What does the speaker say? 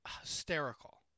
hysterical